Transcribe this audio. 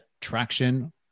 traction